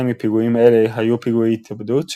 52 מפיגועים אלה היו פיגועי התאבדות,